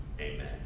amen